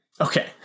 Okay